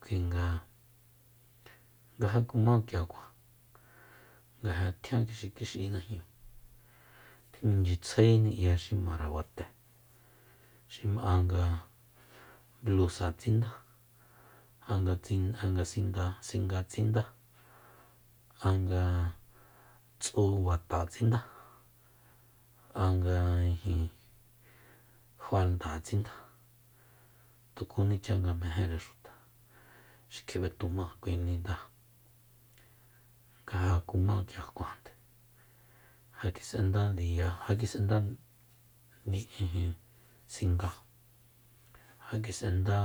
kuinga nga ja kuma k'iakua nga ja tjian kix'ikix'i najñu minchitsjaeni 'ya xi mare bate xi manga blusa tsinda a nga singa tsinda anga tsu bata tsindá anga ijin falda tsindá tukúnicha nga mejére xuta xi kjib'etuma nga ja kuma k'ia kuajande ja kis'enda ndiya ja kis'enda ijin singáa ja kis'enda